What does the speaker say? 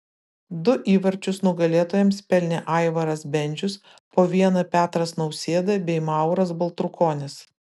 du įvarčius nugalėtojams pelnė aivaras bendžius po vieną petras nausėda bei mauras baltrukonis